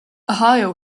ohio